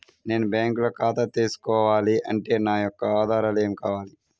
నేను బ్యాంకులో ఖాతా తీసుకోవాలి అంటే నా యొక్క ఆధారాలు ఏమి కావాలి?